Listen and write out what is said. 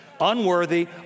unworthy